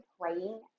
praying